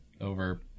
over